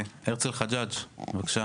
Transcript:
הרצל חג'אג', בבקשה.